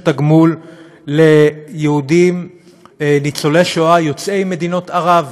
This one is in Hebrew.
תגמול ליהודים ניצולי השואה יוצאי מדינות ערב,